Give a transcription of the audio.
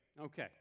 Okay